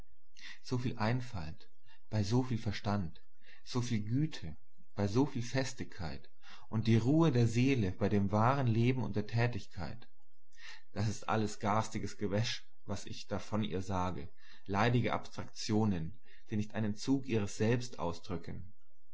so viel einfalt bei so viel verstand so viel güte bei so viel festigkeit und die ruhe der seele bei dem wahren leben und der tätigkeit das ist alles garstiges gewäsch was ich da von ihr sage leidige abstraktionen die nicht einen zug ihres selbst ausdrücken